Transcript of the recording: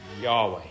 Yahweh